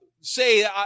say